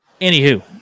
Anywho